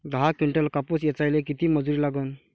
दहा किंटल कापूस ऐचायले किती मजूरी लागन?